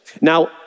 now